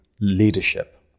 leadership